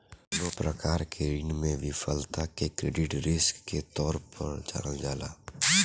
कवनो प्रकार के ऋण में विफलता के क्रेडिट रिस्क के तौर पर जानल जाला